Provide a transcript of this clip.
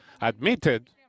admitted